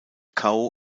cao